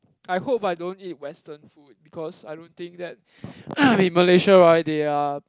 I hope I don't eat western food because I don't think that in Malaysia right they are